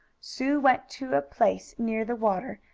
sue went to a place near the water,